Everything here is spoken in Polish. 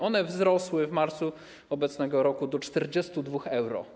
One wzrosły w marcu obecnego roku do 42 euro.